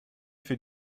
für